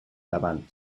davant